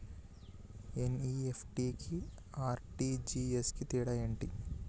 NEFT కి RTGS కు తేడా ఏంటిది?